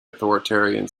authoritarian